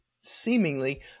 seemingly